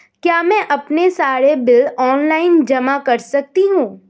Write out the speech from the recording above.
क्या मैं अपने सारे बिल ऑनलाइन जमा कर सकती हूँ?